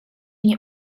nie